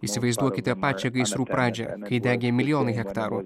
įsivaizduokite pačią gaisrų pradžią kai degė milijonai hektarų